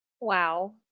Wow